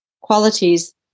qualities